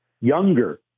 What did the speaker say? younger